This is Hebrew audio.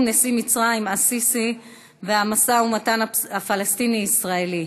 נשיא מצרים א-סיסי והמשא-ומתן הפלסטיני ישראלי,